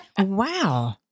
wow